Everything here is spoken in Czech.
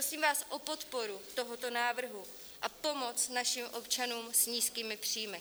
Prosím vás o podporu tohoto návrhu a pomoc našim občanům s nízkými příjmy.